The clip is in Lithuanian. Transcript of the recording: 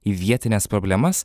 į vietines problemas